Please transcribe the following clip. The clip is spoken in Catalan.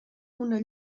una